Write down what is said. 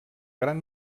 gran